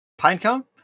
Pinecone